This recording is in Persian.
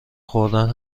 خوردن